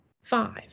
Five